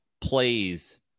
plays